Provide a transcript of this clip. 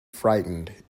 frightened